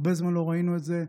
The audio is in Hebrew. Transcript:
הרבה זמן לא ראינו את זה.